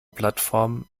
plattformen